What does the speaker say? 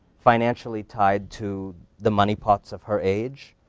financially tied to the money pots of her age,